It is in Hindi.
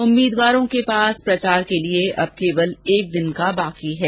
उम्मीदवारों के पास प्रचार के लिए अब केवल एक दिन बाकी है